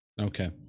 Okay